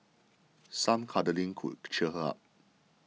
some cuddling could cheer her up